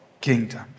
kingdom